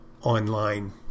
online